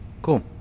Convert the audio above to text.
Cool